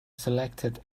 selected